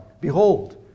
Behold